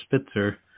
Spitzer